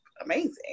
amazing